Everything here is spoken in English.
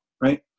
right